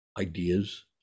ideas